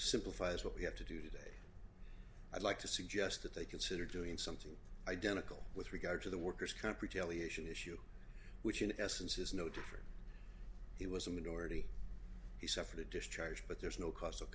simplifies what we have to do today i'd like to suggest that they consider doing something identical with regard to the worker's comp retaliation issue which in essence is no different it was a minority he suffered a discharge but there's no c